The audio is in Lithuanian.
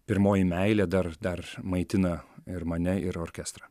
pirmoji meilė dar dar maitina ir mane ir orkestrą